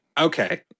Okay